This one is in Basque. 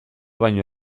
baino